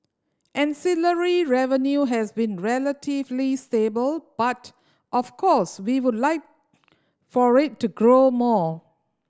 ancillary revenue has been relatively stable but of course we would like for it to grow more